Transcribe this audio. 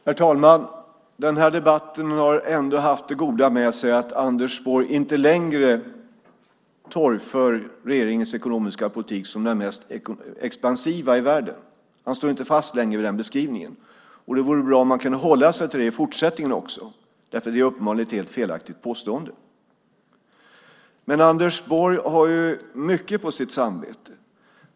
Herr talman! Den här debatten har haft det goda med sig att Anders Borg inte längre torgför regeringens ekonomiska politik som den mest expansiva i världen. Han står inte längre fast vid den beskrivningen. Det vore bra om han i fortsättningen kunde hålla sig till det eftersom det uppenbarligen var ett helt felaktigt påstående. Anders Borg har mycket på sitt samvete.